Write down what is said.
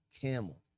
camel